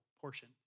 portion